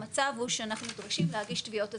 המצב הוא שאנחנו דורשים להגיש תביעות אזרחיות,